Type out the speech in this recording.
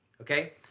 Okay